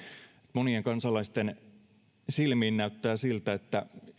monien kansalaisten silmiin näyttää siltä että